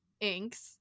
inks